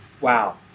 Wow